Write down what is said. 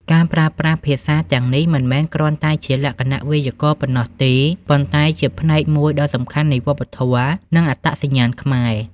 ការប្រើប្រាស់ភាសាទាំងនេះមិនមែនគ្រាន់តែជាលក្ខណៈវេយ្យាករណ៍ប៉ុណ្ណោះទេ ប៉ុន្តែជាផ្នែកមួយដ៏សំខាន់នៃវប្បធម៌ និងអត្តសញ្ញាណខ្មែរ។